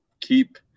keep